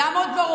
מי שמכם?